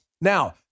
Now